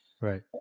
Right